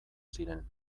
ziren